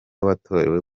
watorewe